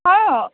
ହଁ